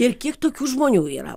ir kiek tokių žmonių yra